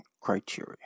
criteria